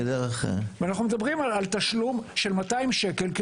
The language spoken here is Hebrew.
אנחנו מדברים על תשלום של 200 שקל.